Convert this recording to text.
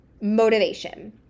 motivation